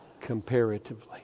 Comparatively